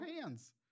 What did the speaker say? hands